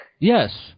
Yes